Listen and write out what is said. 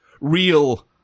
real